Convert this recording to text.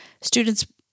Students